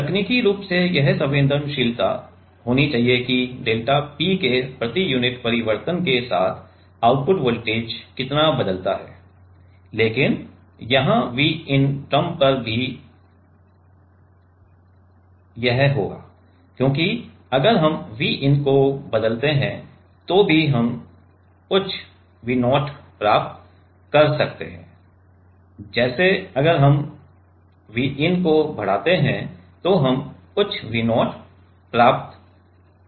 तकनीकी रूप से यह संवेदनशीलता होनी चाहिए कि डेल्टा P के प्रति यूनिट परिवर्तन के साथ आउटपुट वोल्टेज कितना बदलता है लेकिन यहां Vin टर्म पर भी होगा क्योंकि अगर हम Vin को बदलते हैं तो भी हम उच्च V0 प्राप्त कर सकते हैं जैसे अगर हम Vin को बढ़ाते हैं तो हम उच्च V0 प्राप्त कर सकते हैं